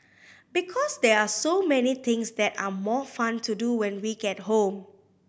because there are so many things that are more fun to do when we get home